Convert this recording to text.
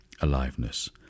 aliveness